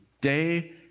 day